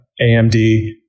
AMD